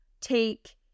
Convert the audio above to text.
take